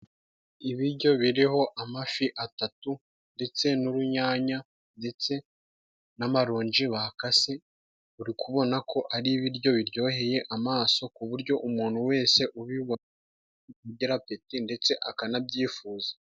Ibiryo biriho amafi atatu ndetse n'urunyanya, ndetse n'amaronji bakase, uri kubona ko ari ibiryo biryoheye amaso ku buryo umuntu wese ubibona agira apeti, ndetse akanabyifuza.